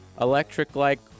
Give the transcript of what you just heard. Electric-like